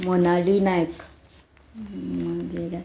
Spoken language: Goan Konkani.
मोनाली नायक मागीर